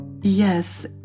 Yes